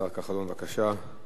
השר משה כחלון, בבקשה.